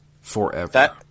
forever